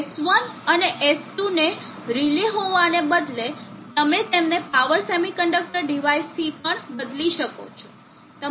સ્વીચો S1 અને S2 ને રિલે હોવાને બદલે તમે તેમને પાવર સેમી કંડક્ટર ડિવાઇસથી પણ બદલી શકો છો